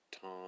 Tom